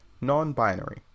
non-binary